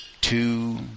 two